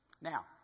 Now